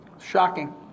Shocking